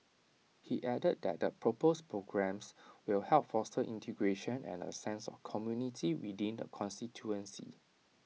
he added that the proposed programmes will help foster integration and A sense of community within the constituency